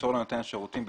ימסור לנותן השירותים,